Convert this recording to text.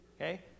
Okay